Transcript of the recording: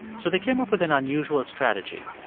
so they came up with an unusual strategy.